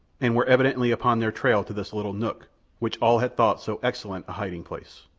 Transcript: and were evidently upon their trail to this little nook which all had thought so excellent a hiding-place.